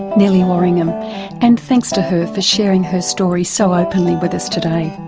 nellie worringham and thanks to her for sharing her story so openly with us today.